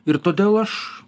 ir todėl aš